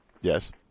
Yes